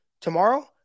tomorrow